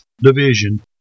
Division